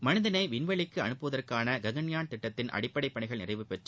மளிதளை விண்வெளிக்கு அனுப்பதற்கான ககன்யான் திட்டத்தின் அடிப்படை பனிகள் நிறைவுபெற்று